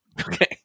Okay